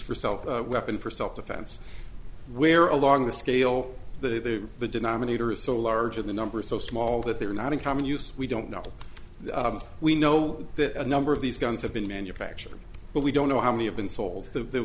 for self weapon for self defense where a lot of the scale the the denominator is so large and the number is so small that they are not in common use we don't know we know that a number of these guns have been manufactured but we don't know how many have been sold the